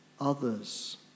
others